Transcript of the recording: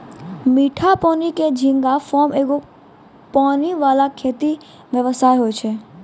मीठा पानी के झींगा फार्म एगो पानी वाला खेती व्यवसाय हुवै छै